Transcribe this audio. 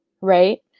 right